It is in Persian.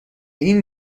این